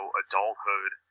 adulthood